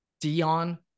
Dion